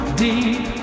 deep